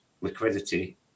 liquidity